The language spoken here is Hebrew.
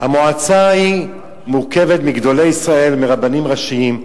המועצה מורכבת מגדולי ישראל, מרבנים ראשיים.